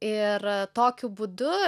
ir tokiu būdu